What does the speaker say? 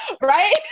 right